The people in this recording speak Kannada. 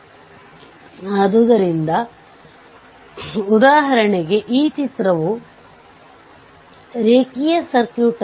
ಇಲ್ಲಿಯೂ ಸಹ ಎಲ್ಲಾ KVL ಸಮೀಕರಣವನ್ನು ಮಾಡಿ ಮತ್ತು i0 ಗಾಗಿ ಪರಿಹರಿಸಿ